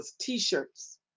t-shirts